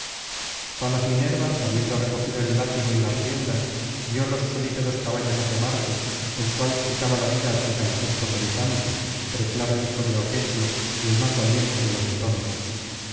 palas minerva habiendo recogido el látigo y las riendas guió los solípedos caballos hacia marte el cual quitaba la vida al gigantesco perifante preclaro hijo deoquesio y el más valiente de los etolos a tal